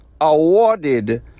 awarded